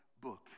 book